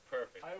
Perfect